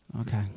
Okay